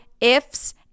ifs